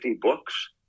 books